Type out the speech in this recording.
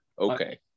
Okay